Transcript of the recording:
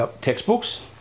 textbooks